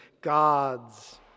gods